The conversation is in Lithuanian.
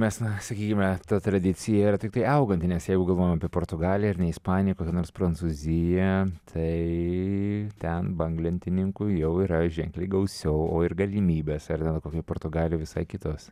mes na sakykime ta tradicija yra tiktai auganti nes jeigu galvojam apie portugaliją ar ne ispaniją nors prancūzija tai ten banglentininkų jau yra ženkliai gausiau o ir galimybės ar ten kokioj portugalijoj visai kitos